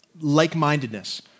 like-mindedness